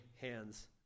hands